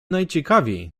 najciekawiej